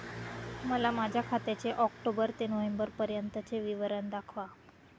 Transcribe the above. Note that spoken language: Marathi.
मला माझ्या खात्याचे ऑक्टोबर ते नोव्हेंबर पर्यंतचे विवरण दाखवा